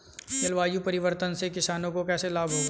जलवायु परिवर्तन से किसानों को कैसे लाभ होगा?